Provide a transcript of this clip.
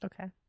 Okay